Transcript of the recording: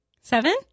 seven